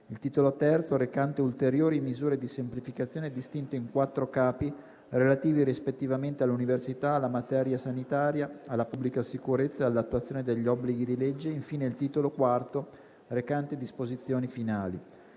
il Titolo III recante "Ulteriori misure di semplificazione", distinto in quattro Capi, relativi rispettivamente all'università, alla materia sanitaria, alla pubblica sicurezza e all'attuazione degli obblighi di legge; infine, il Titolo IV recante "Disposizioni finali".